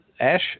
ash